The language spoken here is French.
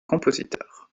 compositeur